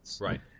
Right